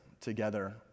together